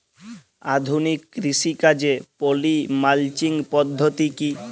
আধুনিক কৃষিকাজে poly mulching পদ্ধতি কি?